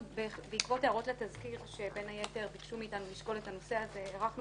בעקבות הערות לתזכיר שבין היתר ביקשו מאתנו לשקול את הנושא הזה ערכנו